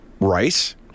rice